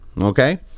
Okay